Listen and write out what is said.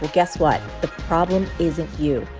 but guess what. the problem isn't you.